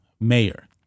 mayor